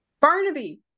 Barnaby